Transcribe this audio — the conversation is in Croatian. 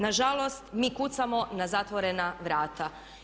Nažalost, mi kucamo na zatvorena vrata.